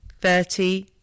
thirty